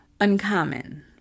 uncommon